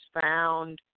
found